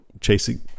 chasing